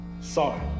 Sorry